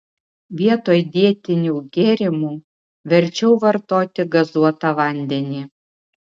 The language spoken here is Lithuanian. vietoj dietinių gėrimų verčiau vartoti gazuotą vandenį